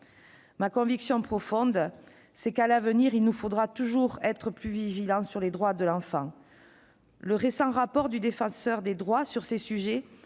Ma conviction profonde, c'est qu'il nous faudra à l'avenir être toujours plus vigilants sur les droits de l'enfant. Le récent rapport du Défenseur des droits sur ces sujets